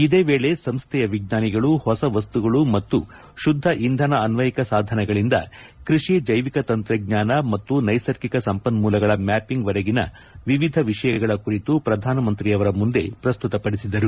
ಇದೇ ವೇಳೆ ಸಂಸ್ಥೆಯ ವಿಜ್ಞಾನಿಗಳು ಹೊಸ ವಸ್ತುಗಳು ಮತ್ತು ಶುದ್ಧ ಇಂಧನ ಅನ್ವಯಿಕ ಸಾಧನಗಳಿಂದ ಕೃಷಿ ಜೈವಿಕ ತಂತ್ರಜ್ಞಾನ ಮತ್ತು ನೈಸರ್ಗಿಕ ಸಂಪನ್ಮೂಲಗಳ ಮ್ಯಾಪಿಂಗ್ ವರೆಗಿನ ವಿವಿಧ ವಿಷಯಗಳ ಕುರಿತು ಪ್ರಧಾನಮಂತ್ರಿಯವರ ಮುಂದೆ ಪ್ರಸ್ತುತಪಡಿಸಿದರು